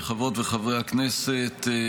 חברות וחברי הכנסת,